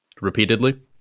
repeatedly